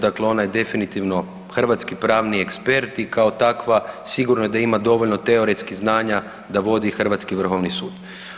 Dakle, ona je definitivno hrvatski pravni ekspert i kao takva sigurno je da ima dovoljno teoretskih znanja da vodi hrvatski Vrhovni sud.